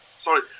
sorry